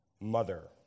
Mother